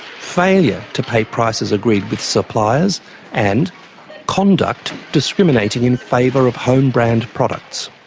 failure to pay prices agreed with suppliers and conduct discriminating in favour of home-brand products.